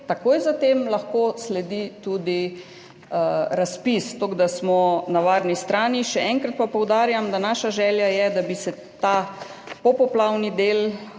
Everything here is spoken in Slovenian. takoj za tem lahko sledi tudi razpis, tako da smo na varni strani. Še enkrat pa poudarjam, da je naša želja, da bi se ta popoplavni del